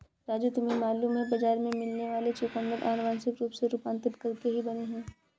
राजू तुम्हें मालूम है बाजार में मिलने वाले चुकंदर अनुवांशिक रूप से रूपांतरित करके ही बने हैं